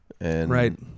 Right